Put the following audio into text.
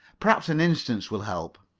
perhaps an instance will help.